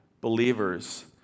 believers